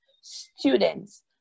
students